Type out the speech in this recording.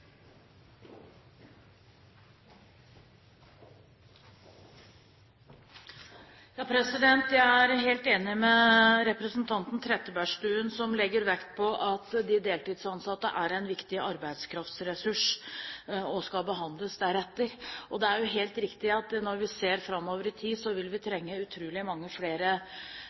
helt enig med representanten Trettebergstuen som legger vekt på at de deltidsansatte er en viktig arbeidskraftressurs og skal behandles deretter. Det er helt riktig at når vi ser framover i tid, vil vi trenge utrolig mange flere